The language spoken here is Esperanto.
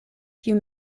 kiu